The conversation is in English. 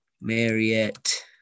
Marriott